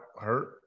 hurt